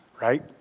Right